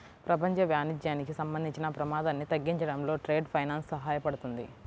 ప్రపంచ వాణిజ్యానికి సంబంధించిన ప్రమాదాన్ని తగ్గించడంలో ట్రేడ్ ఫైనాన్స్ సహాయపడుతుంది